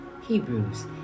Hebrews